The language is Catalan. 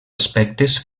aspectes